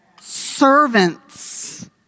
servants